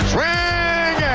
Swing